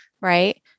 right